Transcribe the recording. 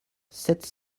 sept